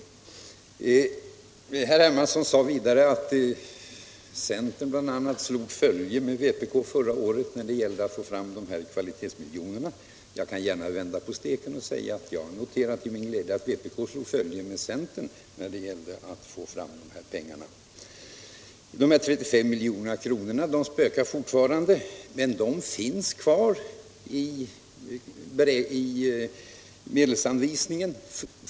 Herr Hermansson sade bl.a. att centern förra året slog följe med vpk när det gällde att få fram kvalitetsmiljonerna. Jag kan vända på steken och säga att jag till min glädje noterar att vpk slog följe med centern den gången. De där 35 miljonerna spökar fortfarande, men de finns kvar i medelsanvisningen.